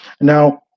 Now